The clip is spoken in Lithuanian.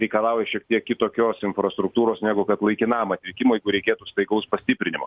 reikalauja šiek tiek kitokios infrastruktūros negu kad laikinam atvykimui jeigu reikėtų staigaus pastiprinimo